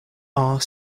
are